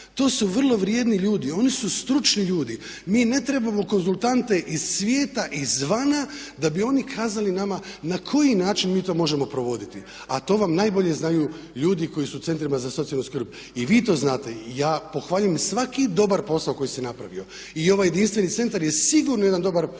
To su vrlo vrijedni ljudi, oni su stručni ljudi. Mi ne trebamo konzultante iz svijeta izvana da bi oni kazali nama na koji način mi to možemo provoditi. A to vam najbolje znaju ljudi koji su u centrima za socijalnu skrb. I vi to znate. Ja pohvaljujem svaki dobar posao koji se napravio i ovaj jedinstveni centar je sigurno jedan dobar pokušaj.